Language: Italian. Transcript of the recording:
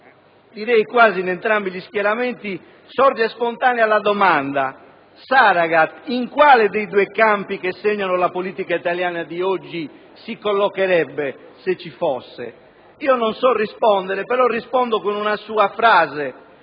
quasi in entrambi gli schieramenti, sorge spontanea la domanda: in quale dei due campi che segnano la politica italiana oggi si collocherebbe Saragat se fosse vivo? Io non so rispondere, ma replico con una sua frase,